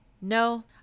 No